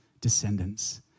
descendants